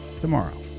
tomorrow